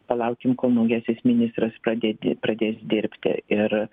palaukim kol naujasis ministras pradėti pradės dirbti ir